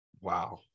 Wow